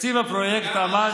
תקציב הפרויקט עמד,